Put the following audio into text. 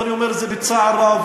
ואני אומר את זה בצער רב.